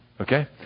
Okay